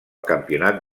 campionat